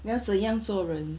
你要怎样做人